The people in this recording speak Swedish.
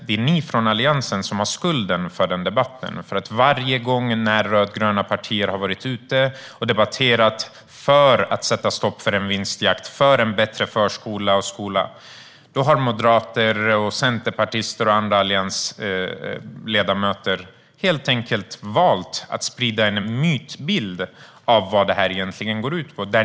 Det är ni från Alliansen som har skulden för den debatten. Varje gång rödgröna partier har debatterat för att sätta stopp för en vinstjakt, för en bättre förskola och skola, har moderater, centerpartister och andra alliansledamöter helt enkelt valt att sprida en mytbild av vad detta egentligen går ut på.